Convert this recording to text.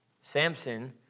Samson